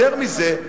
יותר מזה,